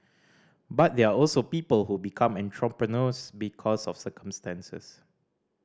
but there are also people who become entrepreneurs because of circumstances